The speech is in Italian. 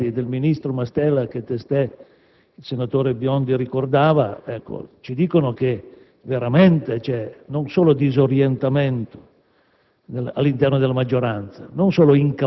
e si sia andati avanti con quei comportamenti del ministro Mastella che testé il senatore Biondi ricordava ci dice che veramente c'è non solo disorientamento